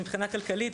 מבחינה כלכלית,